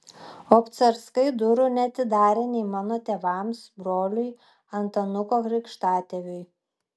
obcarskai durų neatidarė nei mano tėvams broliui antanuko krikštatėviui